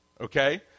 okay